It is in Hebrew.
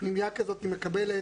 פנימייה כזאת מקבלת